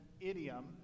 idiom